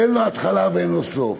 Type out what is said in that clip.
שאין לו התחלה ואין לו סוף.